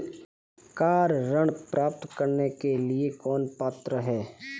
Car ऋण प्राप्त करने के लिए कौन पात्र है?